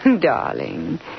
Darling